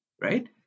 Right